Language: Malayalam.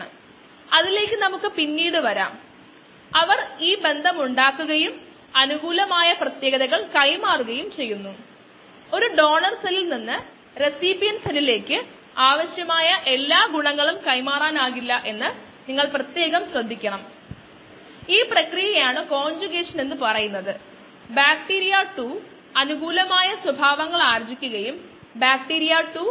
ബാച്ചിലെ നമ്മൾ തന്നെയാണ് നമുക്ക് ആവശ്യത്തിന് സബ്സ്ട്രേറ്റ് ഉണ്ടെന്ന് ഉറപ്പാക്കുന്നത് എന്നാൽ ഇത് ഉണ്ടാകാൻ സാധ്യതയുള്ള സാഹചര്യങ്ങളുണ്ട് തുടർച്ചയായ ബയോ റിയാക്ടർ വിശകലനത്തിൽ ഇതിനും വലിയ പ്രസക്തിയുണ്ട്